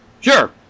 Sure